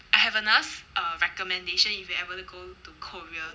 I have another s~ recommendation if you ever go to korea